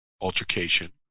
altercation